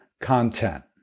content